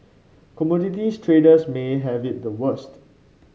commodities traders may have it the worst